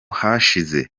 hashize